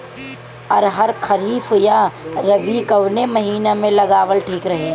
अरहर खरीफ या रबी कवने महीना में लगावल ठीक रही?